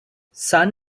sun